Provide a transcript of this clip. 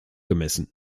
gemessen